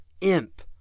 imp